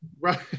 Right